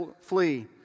flee